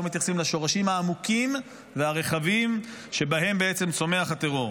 לא מתייחסים לשורשים העמוקים והרחבים שבהם צומח הטרור.